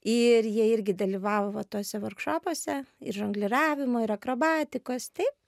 ir jie irgi dalyvavo tuose vorkšopuose ir žongliravimo ir akrobatikos taip